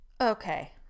Okay